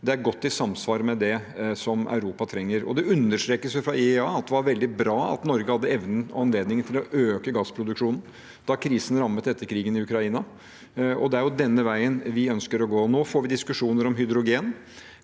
– er godt i samsvar med det Europa trenger. Det understrekes fra IEA at det var veldig bra at Norge hadde evnen og anledningen til å øke gassproduksjonen da krisen rammet etter krigsutbruddet i Ukraina. Det er denne veien vi ønsker å gå. Nå får vi diskusjoner om hydrogen.